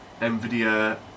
NVIDIA